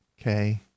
Okay